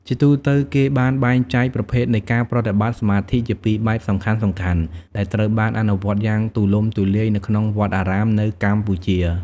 ជាទូទៅ គេបានបែងចែកប្រភេទនៃការប្រតិបត្តិសមាធិជាពីរបែបសំខាន់ៗដែលត្រូវបានអនុវត្តយ៉ាងទូលំទូលាយនៅក្នុងវត្តអារាមនៅកម្ពុជា។